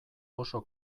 oso